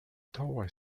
tower